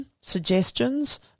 suggestions –